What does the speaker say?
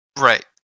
Right